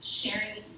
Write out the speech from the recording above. sharing